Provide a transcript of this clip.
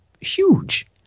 huge